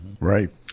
right